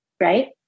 right